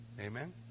Amen